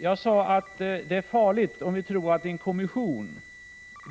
Jag sade att det är farligt om vi tror att en kommission